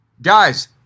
Guys